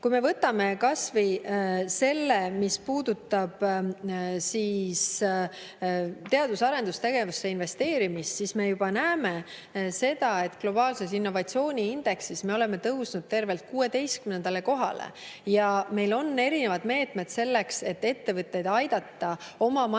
Kui me võtame kas või selle, mis puudutab teadus‑ ja arendustegevusse investeerimist, siis me juba näeme seda, et globaalses innovatsiooniindeksis me oleme tõusnud tervelt 16. kohale. Meil on erinevad meetmed selleks, et ettevõtteid aidata oma